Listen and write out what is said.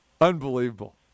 unbelievable